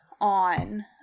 on